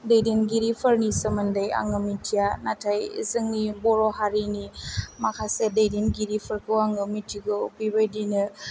दैदेनगिरिफोरनि सोमोन्दै आङो मिथिया नाथाय जोंनि बर' हारिनि माखासे दैदेनगिरिफोरखौ आङो मिथिगौ बेबायदिनो